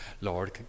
Lord